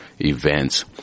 events